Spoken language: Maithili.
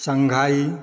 शंघाई